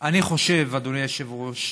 אני חושב, אדוני היושב-ראש,